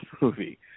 movie